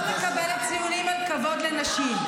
לא מקבלת ציונים על כבוד לנשים.